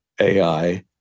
AI